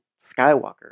Skywalker